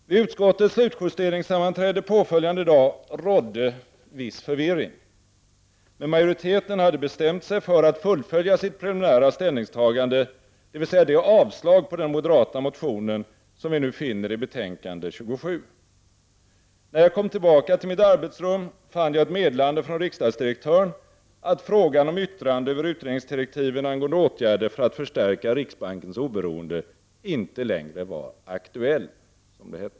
Vid utskottets slutjusteringssammanträde påföljande dag rådde viss förvirring. Men majoriteten hade bestämt sig för att fullfölja sitt preliminära ställningstagande, dvs. det avslag på den moderata motionen som vi nu finner i betänkande 27. När jag kom tillbaka till mitt arbetsrum fann jag ett meddelande från riksdagsdirektören att frågan om yttrande över utredningsdirektiven angående åtgärder för att förstärka riksbankens oberoende inte längre var aktuell.